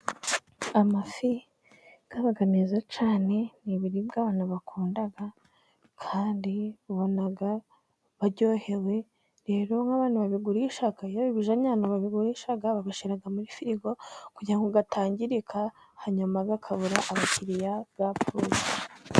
Amafi aba meza cyane, ni ibiribwa abantu bakunda kandi ubona baryohewe, rero nk'abantu babigurisha iyo babijyanye ahantu babigurisha, babishyira muri firigo kugira ngo atangirika, hanyuma akabura abakiriya yapfuye.